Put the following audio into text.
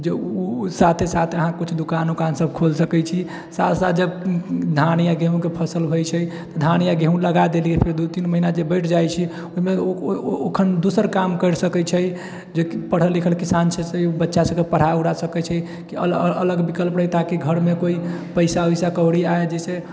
जे ओ साथे साथ कुछ अहाँ दुकान उकान सब अहाँ खोल सकै छी साथ साथ जब धान या गेहूॅंके फसल होइ छै धान या गेहूॅं लगा देलिऐ फेर दू तीन महिना जे बठि जाइ छै ओहिमे ओखन दोसर कोनो काम कर सकै छै जे पढ़ल लिखल किसान छै से बच्चा सबकेँ पढ़ा उढ़ा सकै छै अलग विकल्प रहै ताकि घरमे कोइ पैसा उइसा कौड़ी आये जैसे